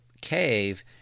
cave